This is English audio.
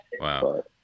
Wow